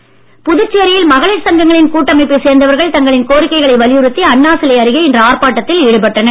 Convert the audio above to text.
மகளிர் போராட்டம் புதுச்சேரியில் மகளிர் சங்கங்களின் கூட்டமைப்பைச் சேர்ந்தவர்கள் தங்களின் கோரிக்கைகளை வலியுறுத்தி அண்ணா சிலை அருகே இன்று ஆர்ப்பாட்டத்தில் ஈடுபட்டனர்